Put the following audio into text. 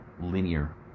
linear